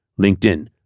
LinkedIn